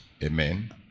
Amen